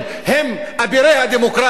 הם אבירי הדמוקרטיה.